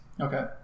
Okay